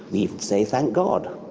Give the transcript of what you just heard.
we even say thank god.